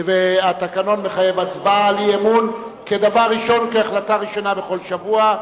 והתקנון מחייב הצבעה על אי-אמון כהחלטה ראשונה בכל שבוע,